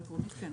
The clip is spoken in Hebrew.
אבל עקרונית כן.